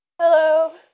Hello